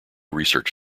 research